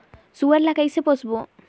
सुअर ला कइसे पोसबो?